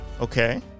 Okay